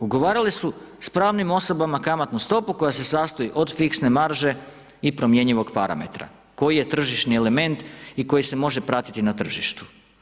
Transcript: Ugovarale su s pravnim osobama kamatnu stopu koja se sastoji od fiksne marže i promjenjivog parametra koji je tržišni element i koji se može pratiti na tržištu.